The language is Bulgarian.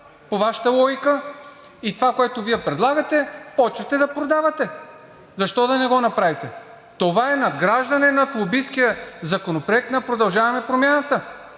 по Вашата логика, и това, което Вие предлагате, е да започвате да продавате. Защо да не го направите? Това е надграждане над лобисткия законопроект на „Продължаваме Промяната“.